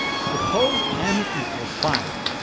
suppose m equals five.